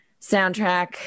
soundtrack